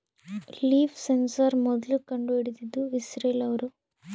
leaf sensor ಮೊದ್ಲು ಕಂಡು ಹಿಡಿದಿದ್ದು ಇಸ್ರೇಲ್ ಅವ್ರು